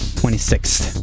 26th